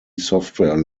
software